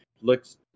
looks